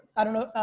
i don't know.